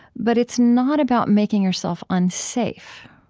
but it's not about making yourself unsafe.